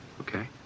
Okay